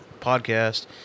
podcast